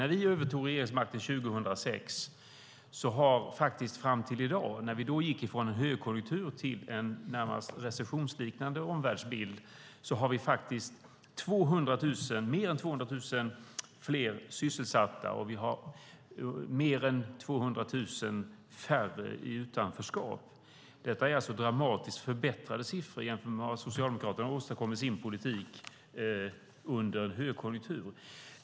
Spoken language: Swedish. När vi övertog regeringsmakten 2006 gick vi från en högkonjunktur till en närmast recessionsliknande omvärldsbild. Det finns nu mer än 200 000 fler sysselsatta och mer än 200 000 färre i utanförskap. Detta är dramatiskt förbättrade siffror jämfört med vad Socialdemokraterna åstadkom i sin politik under högkonjunktur.